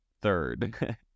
Third